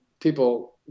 people